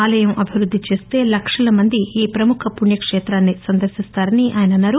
ఆలయం అభివృద్ది చేస్తే లక్షల మంది ఈ ప్రముఖ పుణ్య కేత్రాన్ని సందర్శిస్తారని ఆయన అన్నారు